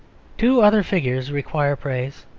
two other figures require praise,